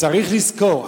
וצריך לזכור,